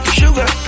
sugar